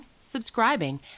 subscribing